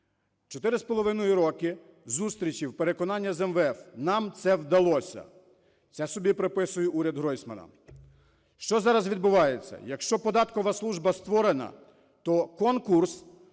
митницю, 4,5 роки зустрічей переконання з МВФ, нам це вдалося, це собі приписує уряд Гройсмана. Що зараз відбувається? Якщо податкова служба створена, то конкурс